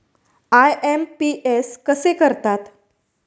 IMPS कसे करतात?